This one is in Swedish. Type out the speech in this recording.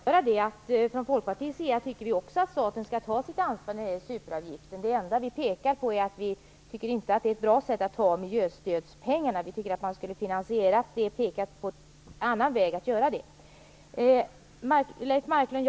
Herr talman! Från Folkpartiets sida tycker vi också att staten skall ta sitt ansvar när det gäller superavgiften. Det enda vi pekar på är att vi inte tycker att det är ett bra sätt att ta miljöstödspengarna. Vi tycker att man skulle anvisat en annan väg att finansiera det.